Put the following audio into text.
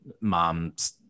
mom's